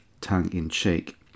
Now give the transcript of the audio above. tongue-in-cheek